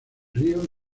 río